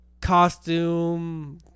costume